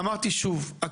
אמרתי שוב,